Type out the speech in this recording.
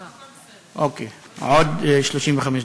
אוקיי, עוד 35 דקות.